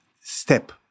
step